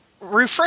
Refresh